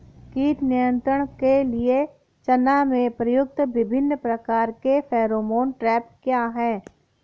कीट नियंत्रण के लिए चना में प्रयुक्त विभिन्न प्रकार के फेरोमोन ट्रैप क्या है?